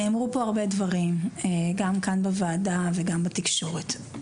נאמרו פה הרבה דברים, גם בוועדה וגם בתקשורת.